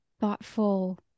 thoughtful